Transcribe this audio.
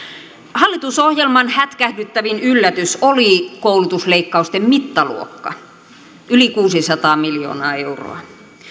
hallitusohjelman hätkähdyttävin yllätys oli koulutusleikkausten mittaluokka yli kuusisataa miljoonaa euroa